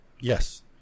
Yes